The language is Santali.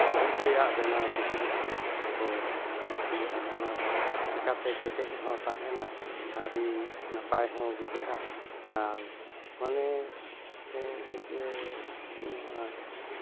ᱛᱤ ᱛᱮᱭᱟᱜ ᱵᱮᱱᱟᱣ ᱠᱤᱪᱨᱤᱡ ᱜᱮᱠᱚ ᱠᱩᱥᱤᱭᱟᱜᱼᱟ ᱚᱱᱟᱫᱚ ᱪᱤᱠᱟᱛᱮ ᱠᱮᱴᱮᱡ ᱦᱚᱸ ᱛᱟᱦᱮᱱᱟ ᱟᱹᱰᱤ ᱱᱟᱯᱟᱭ ᱦᱚᱸ ᱵᱩᱡᱷᱟᱹᱜᱼᱟ ᱟᱨ ᱢᱟᱱᱮ ᱱᱚᱣᱟ